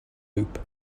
loop